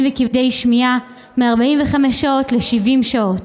וכבדי שמיעה מ-45 שעות ל-70 שעות,